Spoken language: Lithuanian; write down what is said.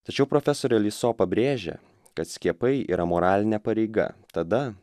tačiau profesorė liso pabrėžia kad skiepai yra moralinė pareiga tada